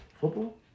Football